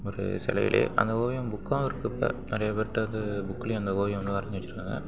ஒரு சிலையில் அந்த ஓவியம் புக்கும் இருக்குது இப்போ நிறையா பேர்கிட்ட வந்து புக்குலேயும் அந்த ஓவியம் வந்து வரஞ்சு வெச்சுருக்காங்க